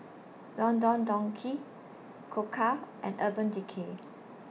Don Don Donki Koka and Urban Decay